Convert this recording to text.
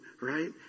right